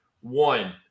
One